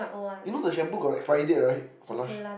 you know the shampoo got expiry date right for Lush